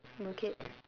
bukit